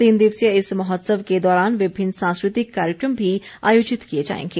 तीन दिवसीय इस महोत्सव के दौरान विभिन्न सांस्कृतिक कार्यक्रम भी आयोजित किए जाएंगे